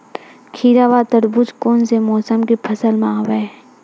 खीरा व तरबुज कोन से मौसम के फसल आवेय?